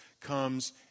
comes